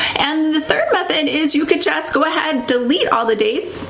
and the third method is you could just go ahead, delete all the dates,